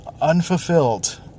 unfulfilled